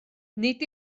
nid